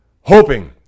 Hoping